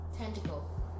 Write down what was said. Tentacle